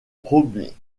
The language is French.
robiliard